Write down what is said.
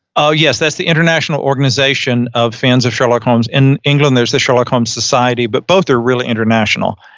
oh, yes. that's the international organization of fans of sherlock holmes. in england, there's the sherlock holmes society, but both are really international.